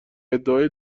ادعای